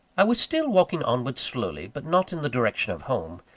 i was still walking onward slowly, but not in the direction of home,